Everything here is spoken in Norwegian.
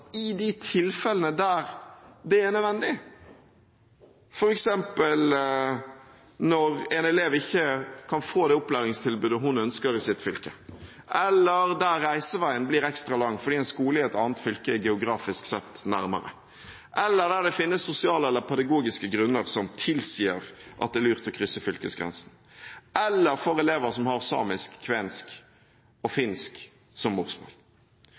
i de tilfellene der det er nødvendig, f.eks. når en elev ikke kan få det opplæringstilbudet hun ønsker seg, i sitt fylke, eller når reiseveien blir ekstra lang fordi en skole i et annet fylke er geografisk sett nærmere, eller når det finnes sosiale eller pedagogiske grunner som tilsier at det er lurt å krysse fylkesgrensen, eller for elever som har samisk, kvensk eller finsk som